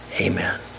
amen